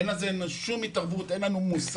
אין לנו שום התערבות, אין לנו מושג.